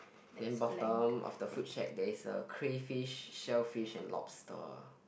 then bottom of the food shack there is a crayfish shellfish and lobster